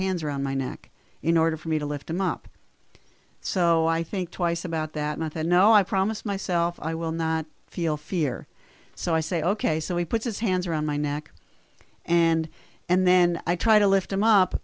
hands around my neck in order for me to lift him up so i think twice about that month and no i promised myself i will not feel fear so i say ok so he puts his hands around my neck and and then i try to lift him up